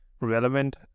relevant